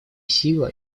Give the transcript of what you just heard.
сила